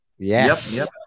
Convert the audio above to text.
Yes